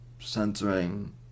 censoring